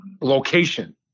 location